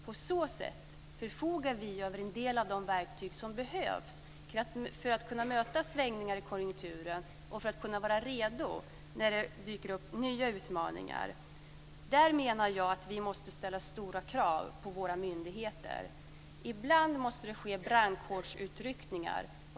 På så sätt förfogar vi över en del av de verktyg som behövs för att kunna möta svängningar i konjunkturen och för att kunna vara redo när det dyker upp nya utmaningar. Där menar jag att vi måste ställa stora krav på våra myndigheter. Ibland måste det ske brandkårsutryckningar.